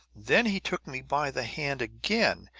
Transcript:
then he took me by the hand again,